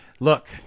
Look